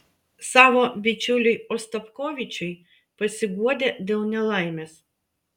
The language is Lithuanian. savo bičiuliui ostapkovičiui pasiguodė dėl nelaimės